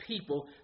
people